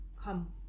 come